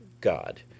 God